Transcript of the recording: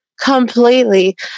completely